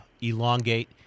elongate